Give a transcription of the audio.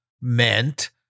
meant